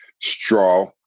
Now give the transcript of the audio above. Straw